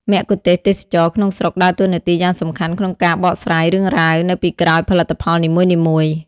មគ្គទេសក៍ទេសចរណ៍ក្នុងស្រុកដើរតួនាទីយ៉ាងសំខាន់ក្នុងការបកស្រាយ រឿងរ៉ាវ នៅពីក្រោយផលិតផលនីមួយៗ។